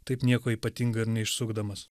taip nieko ypatingo ir neišsukdamas